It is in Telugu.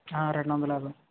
రెండొందల యాభై